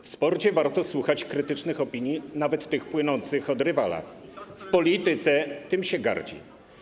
W sporcie warto słuchać krytycznych opinii, nawet tych płynących od rywala - w polityce tym się gardzi.